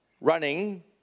Running